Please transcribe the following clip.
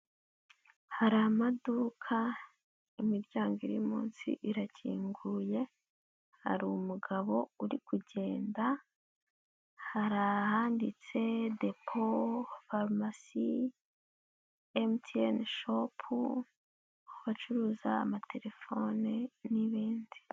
Hari amaduka, imiryango iri munsi irakinguye, hari umugabo uri kugenda, hari ahanditse depo, farumasi, MTN shop bacuruza amaterefone n'ibindi.